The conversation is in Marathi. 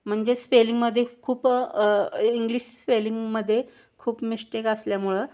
म्हणजे स्पेलिंगमध्ये खूप इंग्लिश स्पेलिंगमध्ये खूप मिश्टेक असल्यामुळं